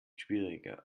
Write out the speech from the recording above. schwieriger